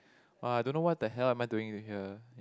!wah! I don't know what the hell am I doing with her